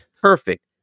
perfect